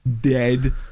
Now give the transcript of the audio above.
Dead